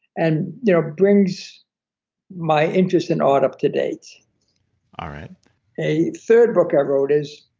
and there ah brings my interest in art up-to-date all right a third book i wrote is,